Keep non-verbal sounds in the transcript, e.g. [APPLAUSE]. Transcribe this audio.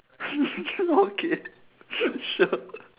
[LAUGHS] okay sure